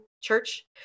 church